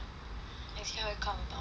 and see how it come about